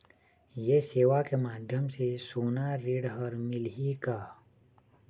ये सेवा के माध्यम से सोना ऋण हर मिलही का?